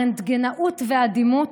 הרנטגנאות והדימות.